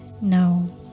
no